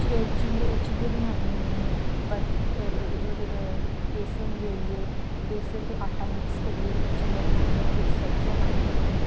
चिल्ले चिल्ले बनान्नी होन्नी बरत ओह्दे बेसन दे होइयै बेसन ते आटा मिक्स करियै में चिल्ले बनान्नी होन्नी बिच्च सब्जियां पान्नी होन्नी